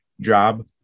job